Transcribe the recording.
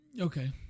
Okay